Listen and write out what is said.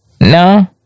No